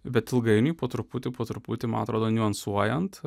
bet ilgainiui po truputį po truputį man atrodo niuansuojant